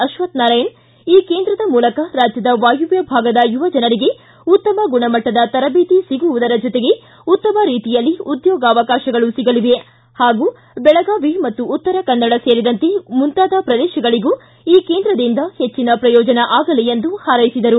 ಅಶ್ವಕ್ಷನಾರಾಯಣ ಈ ಕೇಂದ್ರದ ಮೂಲಕ ರಾಜ್ಯದ ವಾಯುವ್ಯ ಭಾಗದ ಯುವಜನರಿಗೆ ಉತ್ತಮ ಗುಣಮಟ್ಟದ ತರಬೇತಿ ಸಿಗುವುದರ ಜೊತೆಗೆ ಉತ್ತಮ ರೀತಿಯಲ್ಲಿ ಉದ್ದೋಗಾವಕಾಶಗಳೂ ಸಿಗಲಿವೆ ಹಾಗೂ ಬೆಳಗಾವಿ ಉತ್ತರ ಕನ್ನಡ ಸೇರಿದಂತೆ ಮುಂತಾದ ಪ್ರದೇಶಗಳಿಗೆ ಈ ಕೇಂದ್ರದಿಂದ ಹೆಚ್ಚಿನ ಪ್ರಯೋಜನ ಆಗಲಿ ಎಂದು ಹಾರೈಸಿದರು